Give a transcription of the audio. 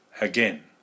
again